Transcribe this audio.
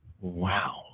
Wow